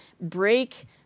break